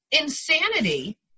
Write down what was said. insanity